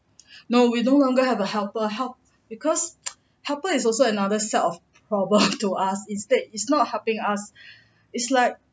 no we no longer have a helper help because helper is also another set of problem to us is that it's not helping us is like